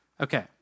Okay